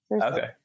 Okay